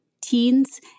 teens